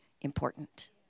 important